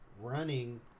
running